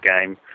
game